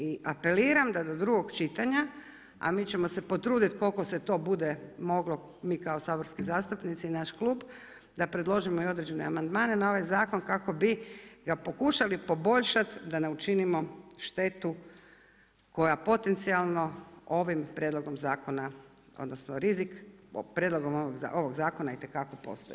I apeliram da do drugog čitanja, a mi ćemo se potruditi, koliko se to bude moglo, mi kao saborski zastupnici i naš klub, da predložimo i određene amandmane na ovaj zakon, kako bi ga pokušali poboljšati, da ne učinimo štetu koja potencijalno ovim prijedlogom zakona odnosno, rizik po prijedlogu zakona itekako postoji.